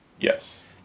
Yes